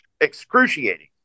excruciating